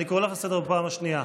אני קורא אותך לסדר בפעם השנייה.